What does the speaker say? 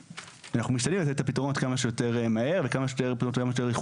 אנחנו משתדלים לתת את הפתרונות כמה שיותר מהר וכמה שיותר איכותיים.